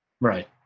Right